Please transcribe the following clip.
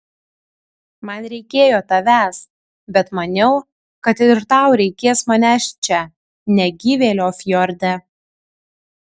man reikėjo tavęs bet maniau kad ir tau reikės manęs čia negyvėlio fjorde